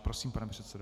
Prosím, pane předsedo.